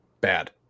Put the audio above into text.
bad